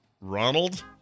Ronald